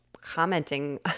commenting